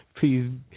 please